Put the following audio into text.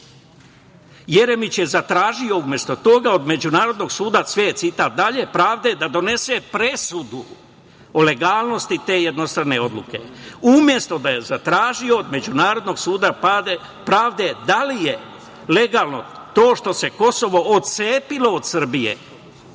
Jeremić je zatražio umesto toga od Međunarodnog suda pravde, sve je citat dalje: „Da donese presudu o legalnosti te jednostrane odluke. Umesto da je zatražio od Međunarodnog suda pravde da li je legalno to što se Kosovo otcepilo od Srbije,